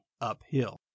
uphill